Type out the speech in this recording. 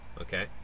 Okay